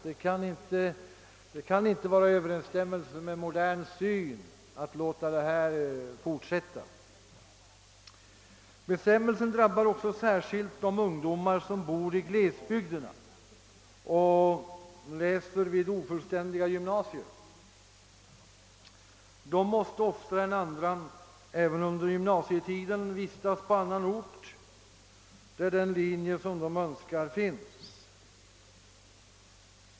Det kan inte stå i överensstämmelse med modern syn att låta det fortsätta. Bestämmelsen drabbar särskilt de ungdomar som bor i glesbygderna och läser vid ofullständiga gymnasier. De måste oftare än andra även under gymnasietiden vistas på annat ort, där den linje som de önskar finns.